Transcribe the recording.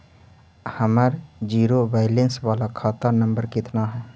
हमर zero balance बाला खाता नम्बर कितना है?